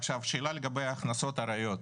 עכשיו, שאלה לגבי ההכנסות הארעיות,